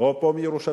או פה בירושלים.